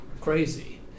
crazy